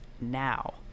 now